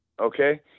Okay